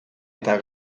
eta